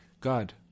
God